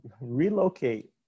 relocate